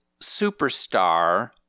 Superstar